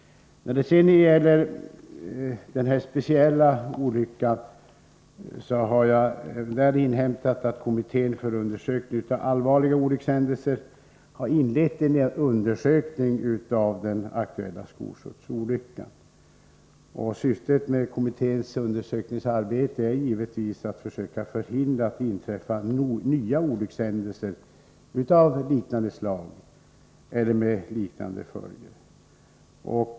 När det sedan gäller den aktuella skolskjutsolyckan har jag inhämtat att kommittén för undersökning av allvarliga olyckshändelser inlett en undersökning av den. Syftet med kommitténs undersökningsarbete är givetvis att försöka förhindra att det inträffar nya olyckor av liknande slag eller med liknande följder.